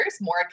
more